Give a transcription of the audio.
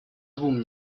двум